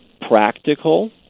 practical